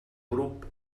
grup